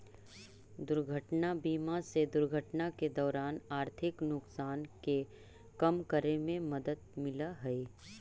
दुर्घटना बीमा से दुर्घटना के दौरान आर्थिक नुकसान के कम करे में मदद मिलऽ हई